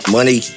Money